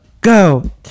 go